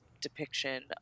depiction